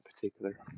particular